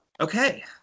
Okay